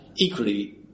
Equally